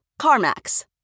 CarMax